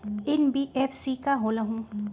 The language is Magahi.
एन.बी.एफ.सी का होलहु?